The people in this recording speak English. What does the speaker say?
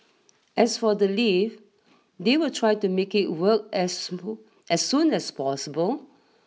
as for the lift they will try to make it work as soon as soon as possible